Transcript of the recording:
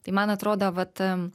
tai man atrodo vat